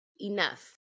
enough